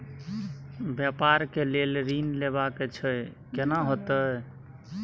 व्यापार के लेल ऋण लेबा छै केना होतै?